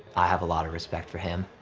i have a lot of respect for him.